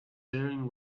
wearing